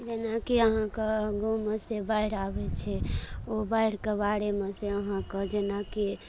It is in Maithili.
जेना कि अहाँके गाँवमे से बाढ़ि आबै छै ओ बाढ़िके बारेमे से अहाँके जेना कि